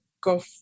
go